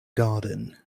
garden